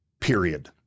period